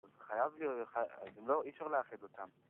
חייב, אי אפשר לאחד אותם